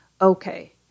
okay